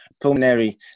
pulmonary